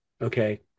Okay